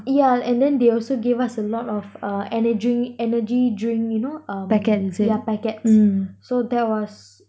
yeah and then they also gave us a lot of uh energy energy drink you know uh yeah packets so that was